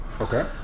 Okay